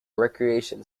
recreation